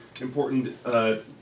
important